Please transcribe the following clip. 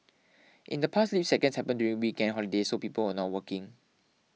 in the past leap seconds happened during weekends holidays so people were not working